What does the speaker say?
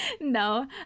no